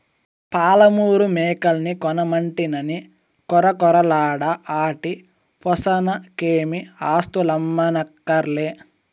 పాలమూరు మేకల్ని కొనమంటినని కొరకొరలాడ ఆటి పోసనకేమీ ఆస్థులమ్మక్కర్లే